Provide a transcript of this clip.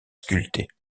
sculptés